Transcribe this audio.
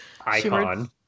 icon